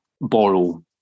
borrow